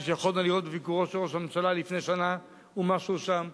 כפי שיכולנו לראות בביקורו של ראש הממשלה לפני שנה ומשהו שם,